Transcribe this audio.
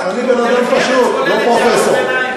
אני בן-אדם פשוט, לא פרופסור.